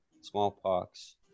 smallpox